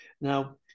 Now